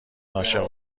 عاشق